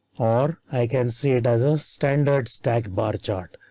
or i can see it as a standard stack bar chart,